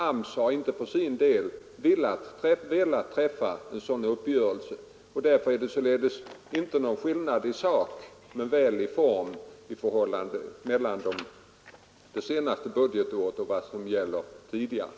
AMS har därför inte velat träffa sådan uppgörelse. Det föreligger alltså här inte någon skillnad i sak men väl i form i de förhållanden som gällt tidigare och vad som gällt det senaste budgetåret.